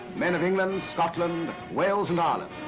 men of england, scotland, wales, and ireland,